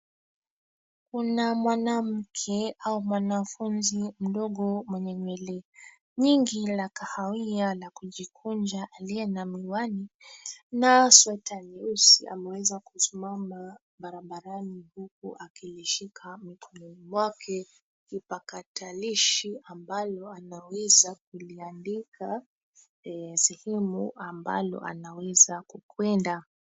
Kuna mwanamke au mwanafunzi mdogo mwenye nywele nyingi la kahawia la kujikunja aliye na miwani na sweta nyeusi ameweza kusimama barabarani huku akilishika mikononi mwake kipakatalishi ambalo anaweza kuliandika sehemu ambalo anaweza kukwenda.